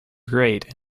great